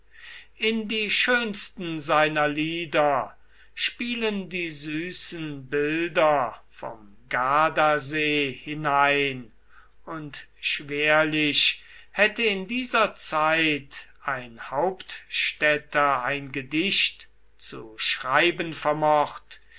in die schönsten seiner lieder spielen die süßen bilder vom gardasee hinein und schwerlich hätte in dieser zeit ein hauptstädter ein gedicht zu schreiben vermocht